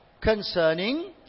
concerning